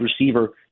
receiver